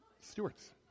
Stewart's